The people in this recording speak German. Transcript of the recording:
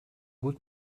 gut